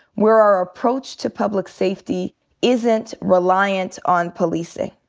where our approach to public safety isn't reliant on policing.